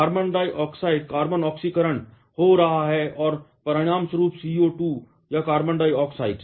carbon ऑक्सीकरण हो रहा है और परिणामस्वरूप CO2 या कार्बन डाइऑक्साइड